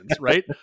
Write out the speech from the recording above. right